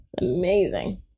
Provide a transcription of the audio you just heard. Amazing